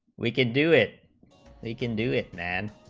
we can do it they can do it and